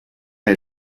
had